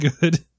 good